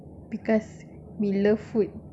because bila food